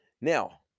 Now